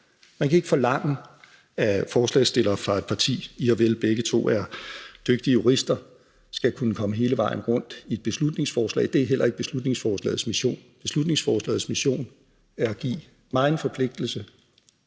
Man kan ikke forlange, at forslagsstillere fra et parti – ihvorvel begge er dygtige jurister – skal kunne komme hele vejen rundt i beslutningsforslaget. Det er heller ikke beslutningsforslagets mission. Beslutningsforslagets mission er at give mig en forpligtelse,